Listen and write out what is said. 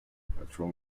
bedroom